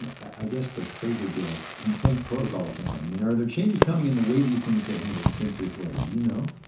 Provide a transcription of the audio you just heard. i guess the phrase would be like, complaint protocol or something. i mean, are there changes coming in the way these things get handled since this letter. do you know?